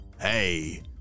Hey